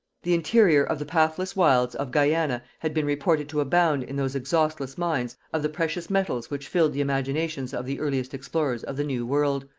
the interior of the pathless wilds of guiana had been reported to abound in those exhaustless mines of the precious metals which filled the imaginations of the earliest explorers of the new world,